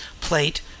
plate